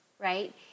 Right